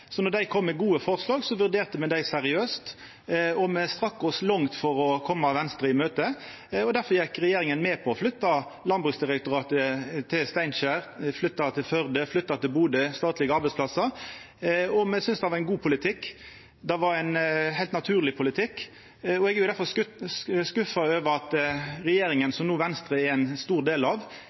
Når dei kom med gode forslag, vurderte me dei seriøst, og me strekte oss langt for å koma Venstre i møte. Difor gjekk regjeringa med på flytta Landbruksdirektoratet til Steinkjer. Me flytta statlege arbeidsplassar til Førde og til Bodø, og me syntest det var ein god politikk. Det var ein heilt naturleg politikk. Eg er difor skuffa over at regjeringa som Venstre no er ein stor del av,